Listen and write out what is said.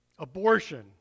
Abortion